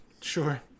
Sure